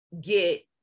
get